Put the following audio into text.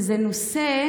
וזה נושא,